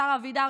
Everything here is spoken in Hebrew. השר אבידר,